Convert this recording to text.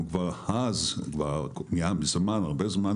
אנחנו הרבה זמן